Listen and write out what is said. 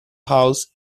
house